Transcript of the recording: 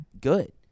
good